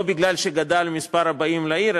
לא כי גדל מספר הבאים לעיר,